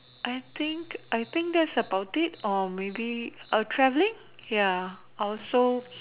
I think I think that's about it or maybe traveling ya or also